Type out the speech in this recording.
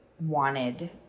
wanted